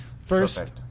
first